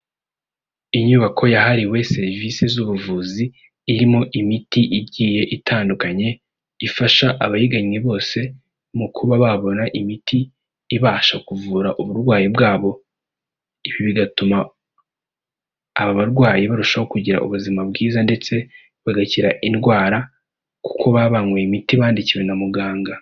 Inyubako yahariwe serivisi z'ubuvuzi, irimo imiti igiye itandukanye, ifasha abayigannye bose mu kuba babona imiti ibasha kuvura uburwayi bwabo, ibi bigatuma aba barwayi barushaho kugira ubuzima bwiza, ndetse bagakira indwara, kuko baba banyweye imiti bandikiwe na muganga.